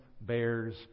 bears